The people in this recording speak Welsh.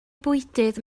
bwydydd